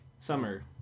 Summer